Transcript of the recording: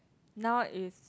now is